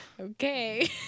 Okay